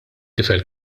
tifel